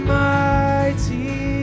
mighty